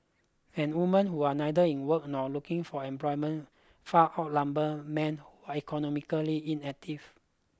and women who are neither in work nor looking for employment far outnumber men are economically inactive